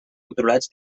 controlats